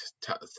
touch